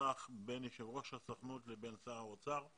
מוצלח בין יושב ראש הסוכנות לבין שר האוצר.